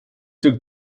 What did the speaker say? took